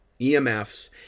EMFs